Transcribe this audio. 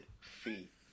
feet